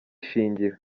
ishingiro